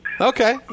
Okay